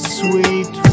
sweet